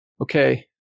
okay